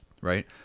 Right